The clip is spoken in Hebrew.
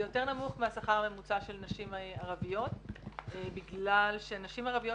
זה יותר נמוך מהשכר הממוצע של נשים ערביות בגלל שנשים ערביות